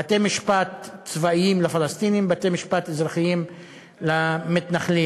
בתי-משפט צבאיים לפלסטינים ובתי-משפט אזרחיים למתנחלים,